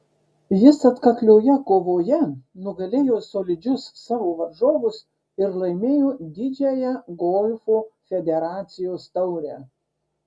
jis atkaklioje kovoje nugalėjo solidžius savo varžovus ir laimėjo didžiąją golfo federacijos taurę